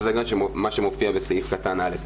וזה גם מה שמופיע בסעיף (א).